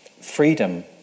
freedom